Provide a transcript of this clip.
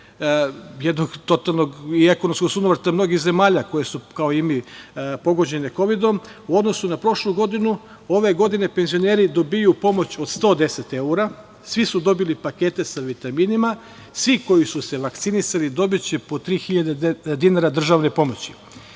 jednog totalnog i ekonomskog sunovrata mnogih zemalja koje su kao i mi pogođene kovidom u odnosu na prošlu godinu u ovoj godini penzioneri dobijaju pomoć od 110 evra, svi su dobili pakete sa vitaminima, svi koji su se vakcinisali dobiće po tri hiljade dinara državne pomoći. Briga